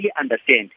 understand